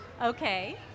Okay